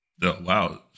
Wow